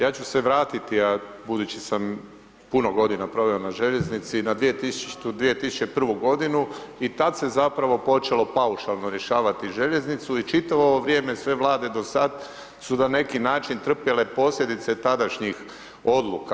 Ja ću se vratiti, a budući sam puno godina proveo na željeznici, na 2000., 2001. godinu i tad se zapravo počelo paušalno rješavati željeznicu i čitavo ovo vrijeme, sve vlade do sad su na neki način trpjele posljedice tadašnjih odluka.